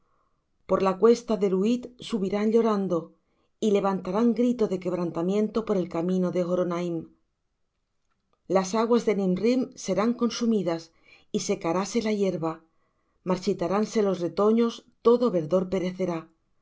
por la cuesta de luhith subirán llorando y levantarán grito de quebrantamiento por el camino de horonaim las aguas de nimrim serán consumidas y secaráse la hierba marchitaránse los retoños todo verdor perecerá